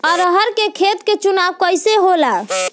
अरहर के खेत के चुनाव कइसे होला?